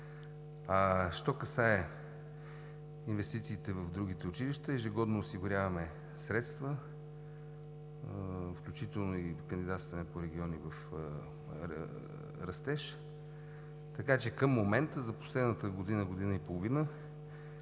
Що се касае до инвестициите в другите училища – ежегодно осигуряваме средства, включително и кандидатстване по Оперативна програма „Региони в растеж“, така че към момента – за последната година, година и половина